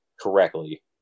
correctly